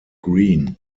green